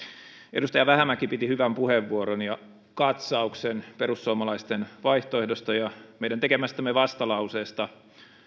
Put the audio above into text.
edustaja vähämäki piti hyvän puheenvuoron ja katsauksen perussuomalaisten vaihtoehdosta ja meidän tekemästämme vastalauseesta